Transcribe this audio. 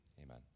Amen